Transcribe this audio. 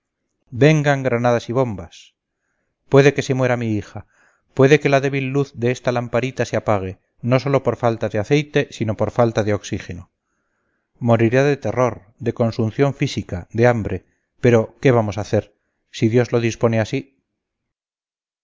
vengan granadas y bombas puede que se muera mi hija puede que la débil luz de esta lamparita se apague no sólo por falta de aceite sino por falta de oxígeno morirá de terror de consunción física de hambre pero qué vamos a hacer si dios lo dispone así